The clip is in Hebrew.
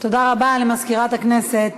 תודה רבה למזכירת הכנסת.